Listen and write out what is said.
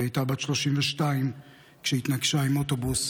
היא הייתה בת 32 כשהתנגשה באוטובוס,